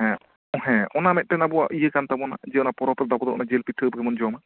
ᱦᱮᱸ ᱦᱮᱸ ᱚᱱᱟ ᱢᱤᱫᱴᱮᱱ ᱟᱵᱚᱣᱟᱜ ᱤᱭᱟᱹ ᱠᱟᱱ ᱛᱟᱵᱚᱱᱟ ᱡᱮ ᱟᱵᱚ ᱫᱚ ᱚᱱᱟ ᱯᱚᱨᱚᱵ ᱨᱮ ᱡᱤᱞ ᱯᱤᱴᱷᱟᱹ ᱜᱮᱵᱚᱱ ᱡᱚᱢᱟ